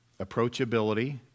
approachability